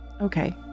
Okay